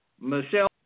Michelle